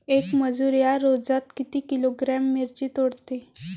येक मजूर या रोजात किती किलोग्रॅम मिरची तोडते?